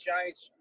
Giants